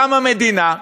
קמה מדינה,